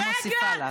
אני מוסיפה לך.